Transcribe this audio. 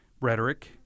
rhetoric